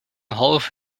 half